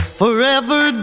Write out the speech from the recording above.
forever